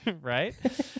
right